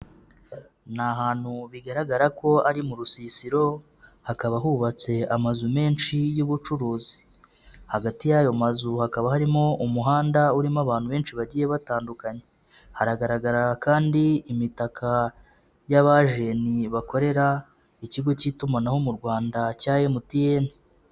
Ni ahantu bigaragara ko ari mu rusisiro, hakaba hubatse amazu menshi y'ubucuruzi. Hagati y'ayo mazu hakaba harimo umuhanda urimo abantu benshi bagiye batandukanye. Hagaragara kandi imitaka y'abajenti bakorera ikigo cy'itumanaho mu Rwanda cya MTN.